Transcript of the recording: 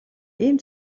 ийм